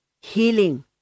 healing